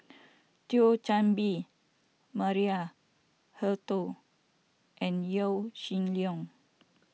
Thio Chan Bee Maria Hertogh and Yaw Shin Leong